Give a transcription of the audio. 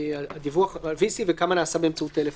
הדיווח על VC וכמה נעשה באמצעות טלפון.